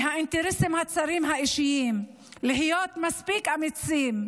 מהאינטרסים הצרים, האישיים, להיות מספיק אמיצים,